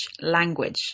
language